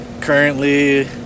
currently